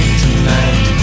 tonight